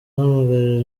ahamagarira